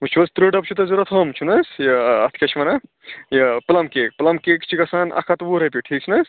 وٕچھو حظ تٕرٛہ ڈَب چھُو تۄہہِ ضوٚرتھ ہُم چھُنہٕ حظ اَتھ کیٛاہ چھِ وَنان پٕلَم کیک پٕلَم کیک چھِ گژھان اَکھ ہَتھ وُہ رۄپیہِ ٹھیٖک چھُنہٕ حظ